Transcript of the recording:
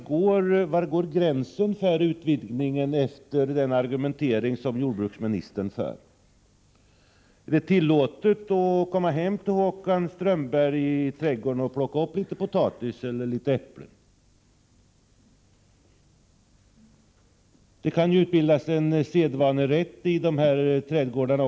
Men var går gränsen för utvidgningen efter den argumentering som jordbruksministern för? Är det tillåtet att komma hem till Håkan Strömberg och plocka litet potatis eller äpplen i hans trädgård? Det kan utbildas en sedvanerätt även i trädgårdarna.